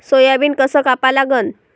Soybean कस कापा लागन?